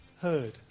heard